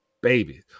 baby